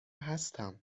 هستم